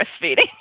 breastfeeding